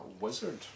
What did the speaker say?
wizard